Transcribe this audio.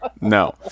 No